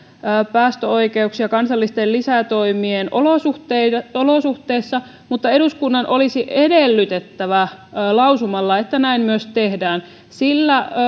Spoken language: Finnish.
päästöoikeuksia kansallisten lisätoimien olosuhteissa olosuhteissa mutta eduskunnan olisi edellytettävä lausumalla että näin myös tehdään sillä